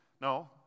No